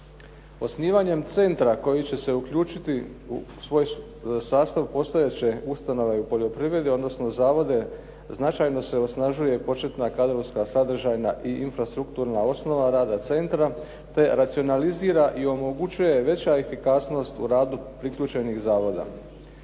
Osnivanjem centra koji će se uključiti u svoj sastav postojeće ustanove u poljoprivredi odnosno zavode značajno se osnažuje početna kadrovska, sadržajna i infrastrukturna osnova rada centra te racionalizira i omogućuje veća efikasnost u radu priključenih zavoda.